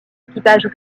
équipages